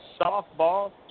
Softball